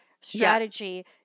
strategy